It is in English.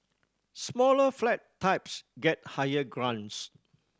smaller flat types get higher grants